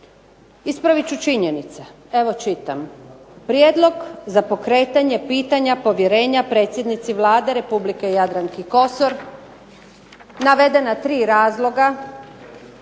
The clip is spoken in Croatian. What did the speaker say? Ispravit ću činjenice. Evo čitam prijedlog za pokretanje pitanje povjerenja predsjednici Vlade Republike Jadranki Kosor. Navedena tri razloga